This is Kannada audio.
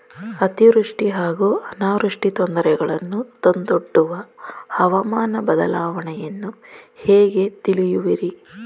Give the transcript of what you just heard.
ಅತಿವೃಷ್ಟಿ ಹಾಗೂ ಅನಾವೃಷ್ಟಿ ತೊಂದರೆಗಳನ್ನು ತಂದೊಡ್ಡುವ ಹವಾಮಾನ ಬದಲಾವಣೆಯನ್ನು ಹೇಗೆ ತಿಳಿಯುವಿರಿ?